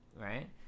right